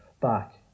back